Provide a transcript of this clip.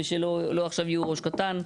שלא עכשיו יהיו ראש קטן.